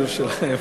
לכבודה של ירושלים.